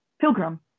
Pilgrim